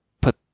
Put